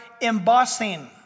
embossing